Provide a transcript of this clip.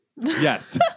Yes